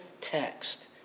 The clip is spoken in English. text